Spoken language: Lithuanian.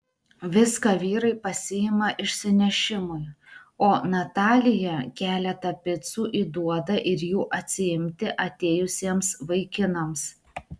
viską vyrai pasiima išsinešimui o natalija keletą picų įduoda ir jų atsiimti atėjusiems vaikinams